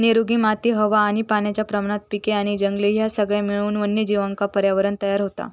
निरोगी माती हवा आणि पाण्याच्या प्रमाणात पिके आणि जंगले ह्या सगळा मिळून वन्यजीवांका पर्यावरणं तयार होता